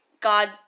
God